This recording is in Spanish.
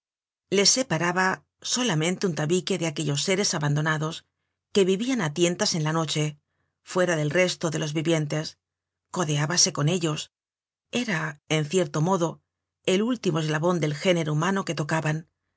le separaba solamente un tabique de aquellos seres abandonados que vivian á tientas en la noche fuera del resto de los vivientes codeábase con ellos era en cierto modo el último eslabon del género humano que tocaban